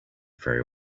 very